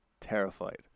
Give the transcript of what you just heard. terrified